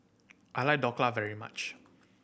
I like Dhokla very much